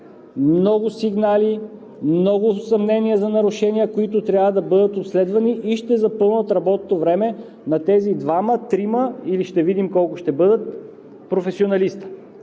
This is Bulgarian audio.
много сигнали, много съмнения за нарушения, които трябва да бъдат обследвани, и ще запълнят работното време на тези двама, трима – ще видим колко ще бъдат професионалистите,